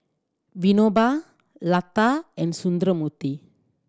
Vinoba Lata and Sundramoorthy